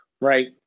Right